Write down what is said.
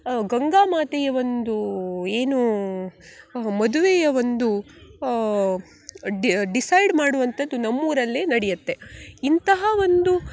ಗಂಗಾ ಮಾತೆಯ ಒಂದು ಏನು ಮದುವೆಯ ಒಂದು ಡಿಸೈಡ್ ಮಾಡುವಂಥದ್ದು ನಮ್ಮ ಊರಲ್ಲೇ ನಡೆಯತ್ತೆ ಇಂತಹ ಒಂದು